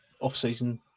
off-season